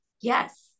yes